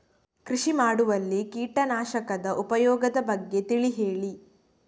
ಕೃಷಿ ಮಾಡುವಲ್ಲಿ ಕೀಟನಾಶಕದ ಉಪಯೋಗದ ಬಗ್ಗೆ ತಿಳಿ ಹೇಳಿ